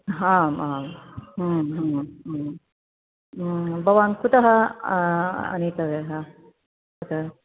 आम् आम् भवान् कुतः आनीतव्यः तत्